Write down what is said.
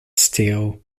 steel